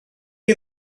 chi